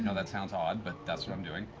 you know that sounds odd, but that's what i'm doing.